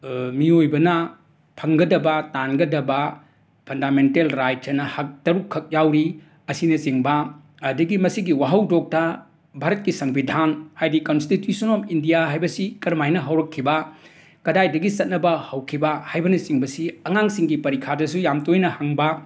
ꯃꯤꯑꯣꯏꯕꯅ ꯐꯪꯒꯗꯕ ꯇꯥꯟꯒꯗꯕ ꯐꯟꯗꯥꯃꯦꯟꯇꯦꯜ ꯔꯥꯏꯠꯁ ꯑꯅ ꯍꯛ ꯇꯔꯨꯛꯈꯛ ꯌꯥꯎꯔꯤ ꯑꯁꯤꯅꯆꯤꯡꯕ ꯑꯗꯒꯤ ꯃꯁꯤꯒꯤ ꯋꯥꯍꯧꯗꯣꯛꯇ ꯚꯥꯔꯠꯀꯤ ꯁꯪꯕꯤꯙꯥꯟ ꯍꯥꯏꯗꯤ ꯀꯟꯁꯇꯤꯇ꯭ꯌꯨꯁꯟ ꯑꯣꯞ ꯏꯟꯗꯤꯌꯥ ꯍꯥꯏꯕꯁꯤ ꯀꯔꯝꯍꯥꯏꯅ ꯍꯧꯔꯛꯈꯤꯕ ꯀꯗꯥꯏꯗꯒꯤ ꯆꯠꯅꯕ ꯍꯧꯈꯤꯕ ꯍꯥꯏꯕꯅꯆꯤꯡꯕꯁꯤ ꯑꯉꯥꯡꯁꯤꯡꯒꯤ ꯄꯔꯤꯈꯥꯗꯁꯨ ꯌꯥꯝꯅ ꯇꯣꯏꯅ ꯍꯪꯕ